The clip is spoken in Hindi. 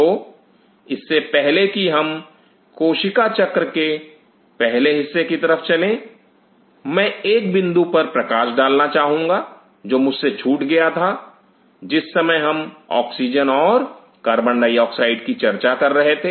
तो इससे पहले की हम कोशिका चक्र के पहले हिस्से की तरफ चलें मैं एक बिंदु पर प्रकाश डालना चाहूँगा जो मुझसे छूट गया था जिस समय हम ऑक्सीजन और कार्बन डाइऑक्साइड की चर्चा कर रहे थे